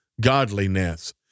godliness